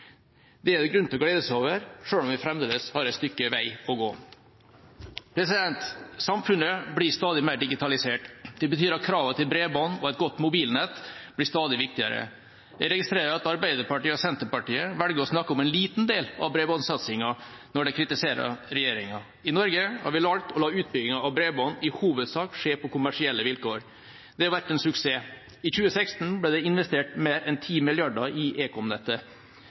Det er det grunn til å glede seg over, selv om vi fremdeles har et stykke vei å gå. Samfunnet blir stadig mer digitalisert. Det betyr at kravet til bredbånd og et godt mobilnett blir stadig viktigere. Jeg registrerer at Arbeiderpartiet og Senterpartiet velger å snakke om en liten del av bredbåndssatsingen når de kritiserer regjeringa. I Norge har vi valgt å la utbyggingen av bredbånd i hovedsak skje på kommersielle vilkår. Det har vært en suksess. I 2016 ble det investert mer enn 10 mrd. kr i ekomnettet,